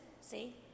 See